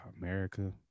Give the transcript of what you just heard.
America